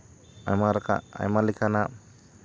ᱟᱭᱢᱟ ᱨᱮᱠᱟ ᱟᱭᱢᱟ ᱞᱮᱠᱟᱱᱟᱜ